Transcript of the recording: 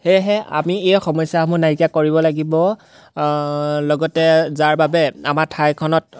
সেয়েহে আমি এই সমস্যাসমূহ নাইকিয়া কৰিব লাগিব লগতে যাৰ বাবে আমাৰ ঠাইখনত